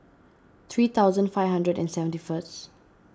three thousand five hundred and seventy first